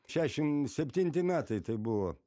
šešim septinti metai tai buvo